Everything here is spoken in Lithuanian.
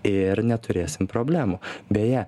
ir neturėsim problemų beje